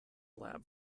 lab